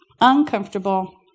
Uncomfortable